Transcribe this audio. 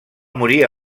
morir